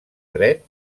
dret